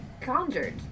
conjured